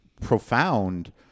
profound